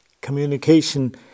communication